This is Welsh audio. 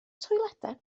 toiledau